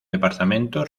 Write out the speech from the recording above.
departamento